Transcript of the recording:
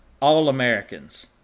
All-Americans